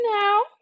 now